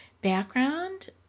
background